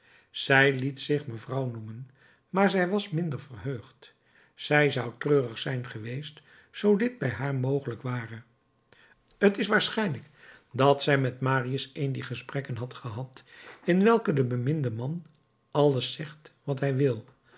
zij liet zich mevrouw noemen maar zij was minder verheugd zij zou treurig zijn geweest zoo dit bij haar mogelijk ware t is waarschijnlijk dat zij met marius een dier gesprekken had gehad in welke de beminde man alles zegt wat hij wil